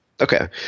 Okay